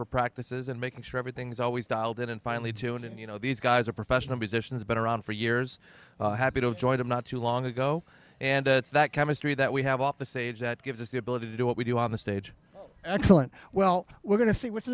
for practices and making sure everything's always dialed in and finally tune in you know these guys are professional musicians been around for years happy to enjoy them not too long ago and that chemistry that we have off the stage that gives us the ability to do what we do on the stage excellent well we're going to see what's the